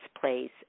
place